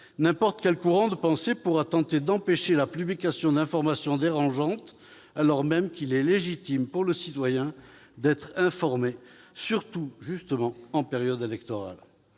N'importe quel courant de pensée pourra tenter d'empêcher la publication d'informations dérangeantes, alors même qu'il est légitime pour le citoyen d'être informé, surtout, précisément en période électorale.